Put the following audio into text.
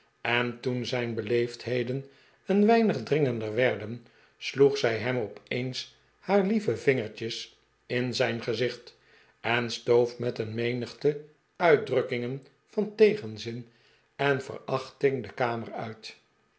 en toen zijn beleefdheden een weinig dringender werden sloeg zij hem ope'ens haar lieve vingertjes in zijn gezicht en stoof met een rrienigte uitdrukkingen van tegenzin en verachting de kamer uit